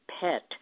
pet